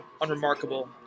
unremarkable